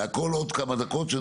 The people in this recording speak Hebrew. לכל עוד כמה דקות.